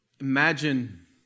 imagine